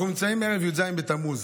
אנחנו נמצאים בערב י"ז בתמוז.